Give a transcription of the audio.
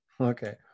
Okay